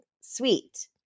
sweet